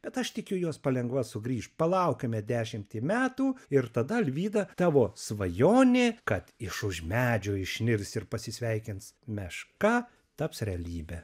bet aš tikiu jos palengva sugrįš palaukime dešimtį metų ir tada alvyda tavo svajonė kad iš už medžio išnirs ir pasisveikins meška taps realybe